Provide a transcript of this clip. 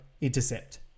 intercept